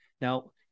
Now